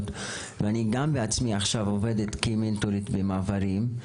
ואני גם עצמי עכשיו עובדת כמנטורית במעברים.